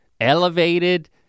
elevated